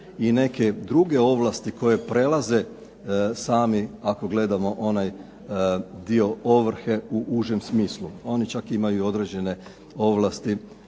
i neke druge ovlasti koje prelaze sami ako gledamo onaj dio ovrhe u užem smislu. Oni čak imaju i određene ovlasti